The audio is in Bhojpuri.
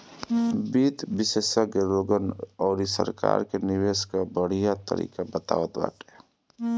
वित्त विशेषज्ञ लोगन अउरी सरकार के निवेश कअ बढ़िया तरीका बतावत बाने